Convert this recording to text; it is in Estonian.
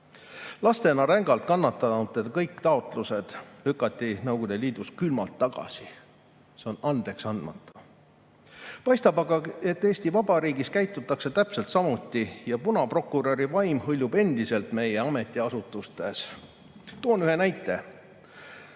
Lastena rängalt kannatanute kõik taotlused lükati Nõukogude Liidus külmalt tagasi. See on andeksandmatu. Paistab aga, et Eesti Vabariigis käitutakse täpselt samuti ja punaprokuröri vaim hõljub endiselt meie ametiasutustes. Toon ühe näite.